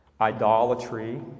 idolatry